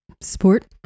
Sport